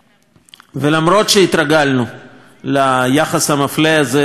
ואף שהתרגלנו ליחס המפלה הזה של האו"ם,